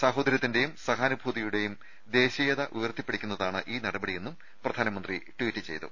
സാഹോദരൃത്തിന്റെയും സഹാനുഭൂതിയുടെയും ദേശീയത ഉയർത്തി പ്പിടിക്കുന്നതാണ് ഈ നടപടിയെന്നും പ്രധാനമന്ത്രി ട്വീറ്റ് ചെയ്തു